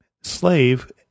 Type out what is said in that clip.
slave